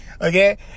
okay